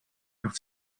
par